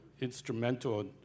instrumental